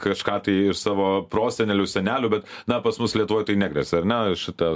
kažką tai iš savo prosenelių senelių bet na pas mus lietuvoj tai negresia ar ne šita